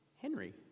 Henry